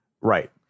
Right